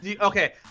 Okay